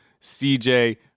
CJ